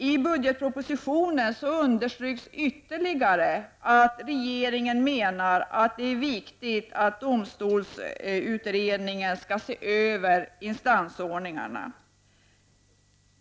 I budgetpropositionen understryks ytterligare att regeringen anser att det är viktigt att domstolsutredningen skall se över instansordningarna.